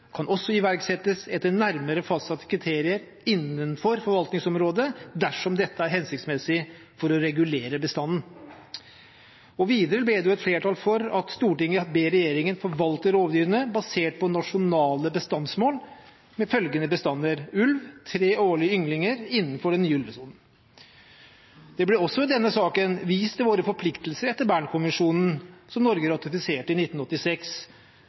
kan også iverksettes etter nærmere fastsatte kriterier innenfor forvaltningsområdet dersom dette er hensiktsmessig for å regulere bestanden.» Videre ble det flertall for at «Stortinget ber Regjeringen forvalte rovdyrene basert på nasjonale bestandsmål med følgende bestander: – Ulv: 3 årlige ynglinger innenfor den nye ulvesonen.» Det ble også i denne saken vist til våre forpliktelser etter Bern-konvensjonen, som Norge ratifiserte i 1986,